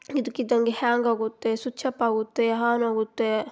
ಇದ್ದಕ್ಕಿದ್ದಂಗೆ ಹ್ಯಾಂಗ್ ಆಗುತ್ತೆ switch off ಆಗುತ್ತೆ ಹಾನ್ ಆಗುತ್ತೆ